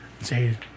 Say